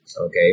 okay